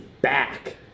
back